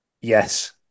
Yes